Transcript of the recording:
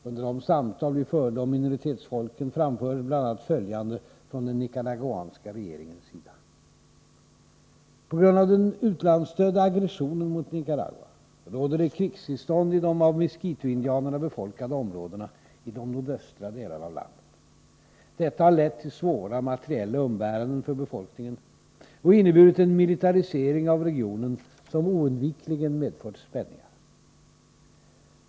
Under de samtal vi förde om minoritetsfolken framfördes bl.a. följande från den nicaraguanska regeringens sida: På grund av den utlandsstödda aggressionen mot Nicaragua råder det krigstillstånd i de av miskitoindianerna befolkade områdena i de nordöstra delarna av landet. Detta har lett till svåra materiella umbäranden för befolkningen och inneburit en militarisering av regionen som oundvikligen medfört spänningar.